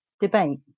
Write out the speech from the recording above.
debate